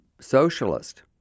socialist